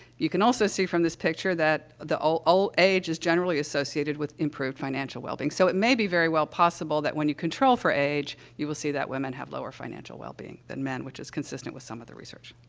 you can also see from this picture that the age is generally associated with improved financial wellbeing. so, it may be very well possible that when you control for age, you will see that women have lower financial wellbeing than men, which is consistent with some of the research.